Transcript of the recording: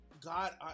god